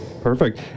Perfect